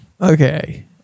okay